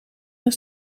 gaan